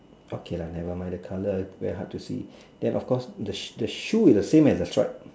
okay lah never mind the colour very hard to see then of course the the shoe is same as the stripe